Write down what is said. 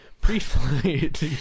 pre-flight